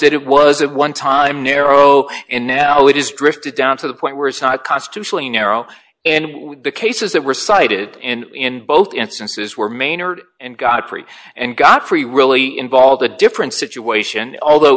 that it was a one time narrow and now it is drifted down to the point where it's not constitutionally narrow and we the cases that were cited and in both instances where maynard and godfrey and got free really involved a different situation although